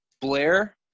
Blair